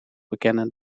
bekennen